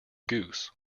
goose